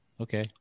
Okay